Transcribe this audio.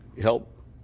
help